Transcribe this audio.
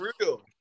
real